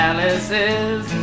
Alice's